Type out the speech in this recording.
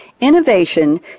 innovation